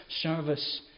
service